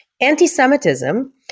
Anti-Semitism